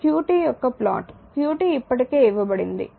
ఇది qt యొక్క plot qt ఇప్పటికే ఇవ్వబడింది